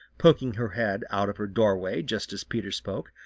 poking her head out of her doorway just as peter spoke.